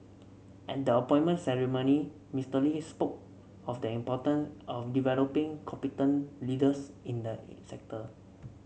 at the appointment ceremony Mister Lee spoke of the important of developing competent leaders in the in sector